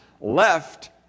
left